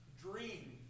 dream